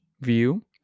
view